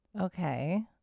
Okay